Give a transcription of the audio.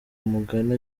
umugani